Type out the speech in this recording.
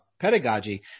pedagogy